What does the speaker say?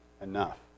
enough